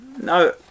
no